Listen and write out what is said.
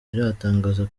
iratangaza